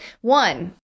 One